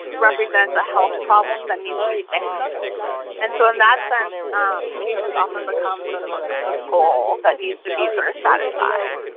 represents a health problem that needs to be fixed and so in that sense um patients often become sort of a ah goal that need to be sort of satisfied.